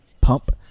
pump